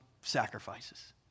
sacrifices